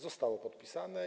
Zostało podpisane.